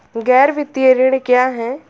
गैर वित्तीय ऋण क्या है?